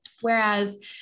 Whereas